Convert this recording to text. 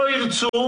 לא ירצו,